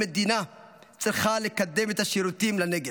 המדינה צריכה לקדם את השירותים לנגב: